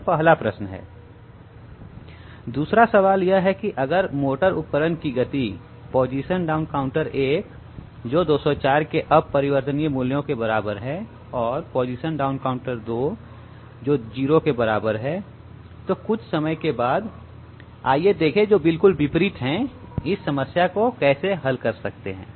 यह पहला प्रश्न है दूसरा प्रश्न यह है कि अगर मोटर उपकरण की गति पोजीशन डाउन काउंटर 1 जो 204 के बराबर है के अपरिवर्तनीय मूल्यों और पोजीशन डाउन काउंटर2 जोकुछ समय बाद 0 के बराबर है जो बिल्कुल विपरीत है तो आइए देखें इस समस्या को हल कैसे कर सकते हैं